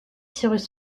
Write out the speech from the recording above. cyrus